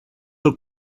del